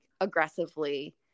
aggressively